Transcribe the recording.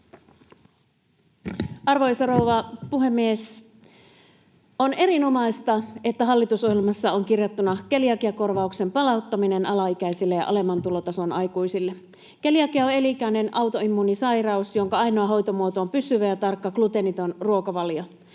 Arvoisa rouva puhemies! On erinomaista, että hallitusohjelmassa on kirjattuna keliakiakorvauksen palauttaminen alaikäisille ja alemman tulotason aikuisille. Keliakia on elinikäinen autoimmuunisairaus, jonka ainoa hoitomuoto on pysyvä ja tarkka gluteeniton ruokavalio.